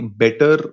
better